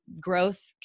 growth